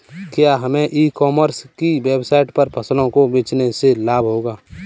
क्या हमें e commerce की वेबसाइट पर फसलों को बेचने से लाभ होगा?